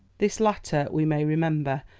this latter, we may remember,